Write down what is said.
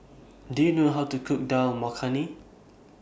Do YOU know How to Cook Dal Makhani